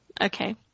Okay